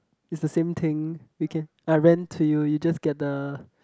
is the same thing we can I rent to you you just get the